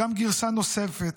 גם גרסה נוספת,